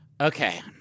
Okay